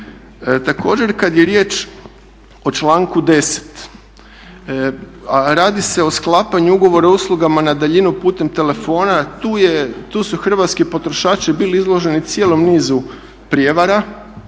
Također kad je riječ o članku 10 a radi se o sklapanju ugovora o uslugama na daljinu putem telefona, tu su hrvatski potrošači bili izloženi cijelom nizu prijevara,